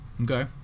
Okay